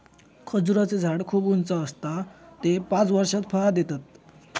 खजूराचें झाड खूप उंच आसता ते पांच वर्षात फळां देतत